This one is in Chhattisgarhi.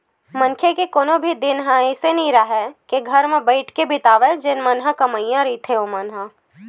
मनखे के कोनो भी दिन ह अइसे नइ राहय के घर म बइठ के बितावय जेन मन ह कमइया रहिथे ओमन ह